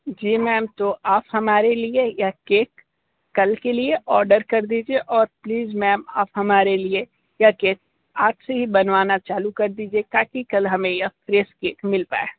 जी ma'am तो आप हमारे लिए यह केक कल के लिए ऑर्डर कर दीजिए और प्लीज़ मैम आप हमारे लिए यह केक आज से ही बनवाना चालू कर दीजिए ताकि कल हमें यह फ्रेश केक मिल पाएं